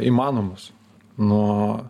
įmanomos nuo